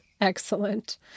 Excellent